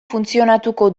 funtzionatuko